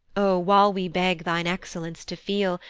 o, while we beg thine excellence to feel,